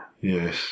Yes